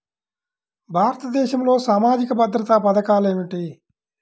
భారతదేశంలో సామాజిక భద్రతా పథకాలు ఏమిటీ?